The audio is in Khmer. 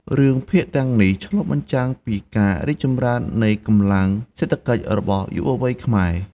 រឿងភាគទាំងនេះ ឆ្លុះបញ្ចាំងពីការរីកចម្រើននៃកម្លាំងសេដ្ឋកិច្ចរបស់យុវវ័យខ្មែរ។